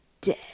dead